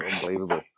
unbelievable